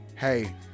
Hey